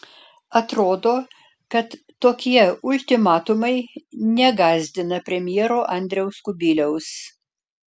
atrodo kad tokie ultimatumai negąsdina premjero andriaus kubiliaus